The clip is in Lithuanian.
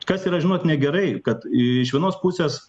kas yra žinot negerai kad iš vienos pusės